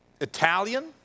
Italian